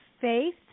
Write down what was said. faith